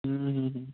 হুম হুম হুম